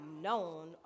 known